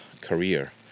career